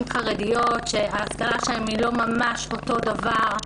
חרדיות שההשכלה שלהן היא לא ממש אותו דבר.